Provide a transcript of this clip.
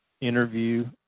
interview